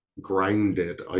grounded